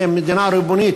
ומדינה ריבונית,